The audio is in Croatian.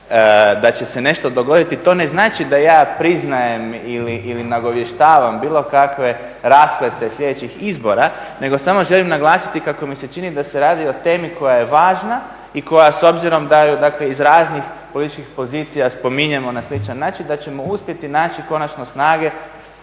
da će se nešto dogoditi to ne znači da ja priznajem ili nagovještavam bilo kakve rasplete sljedećih izbora, nego samo želim naglasiti kako mi se čini da se radi o temi koja je važna i koja s obzirom da ju, dakle iz raznih političkih pozicija spominjemo na sličan način da ćemo uspjeti naći konačno snage